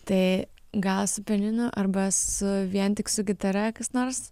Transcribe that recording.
tai gal su pianinu arba su vien tik su gitara kas nors